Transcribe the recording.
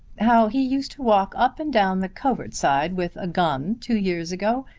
how he used to walk up and down the covert-side with a gun, two years ago,